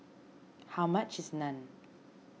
how much is Naan